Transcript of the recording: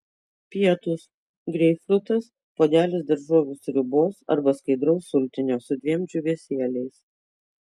pietūs greipfrutas puodelis daržovių sriubos arba skaidraus sultinio su dviem džiūvėsėliais